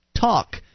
Talk